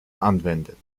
anwendet